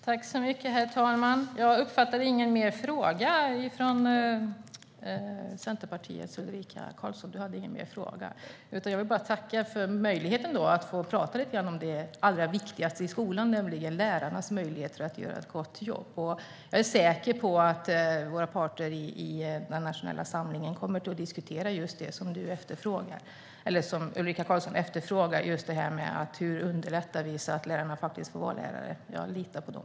Herr talman! Jag uppfattade ingen ytterligare fråga från Centerpartiets Ulrika Carlsson. Jag vill därför bara tacka för möjligheten att få prata lite grann om det allra viktigaste i skolan, nämligen lärarnas möjligheter att göra ett gott jobb. Jag är säker på att våra parter i den nationella samlingen kommer att diskutera det som Ulrika Carlsson efterfrågar: hur vi underlättar för lärarna att få vara lärare. Jag litar på dem.